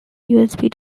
usb